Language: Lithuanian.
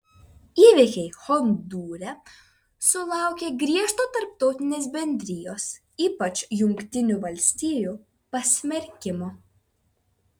įvykiai hondūre sulaukė griežto tarptautinės bendrijos ypač jungtinių valstijų pasmerkimo